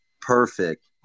perfect